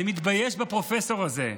אני מתבייש בפרופסור הזה.